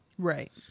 right